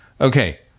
okay